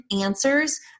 answers